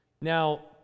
Now